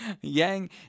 Yang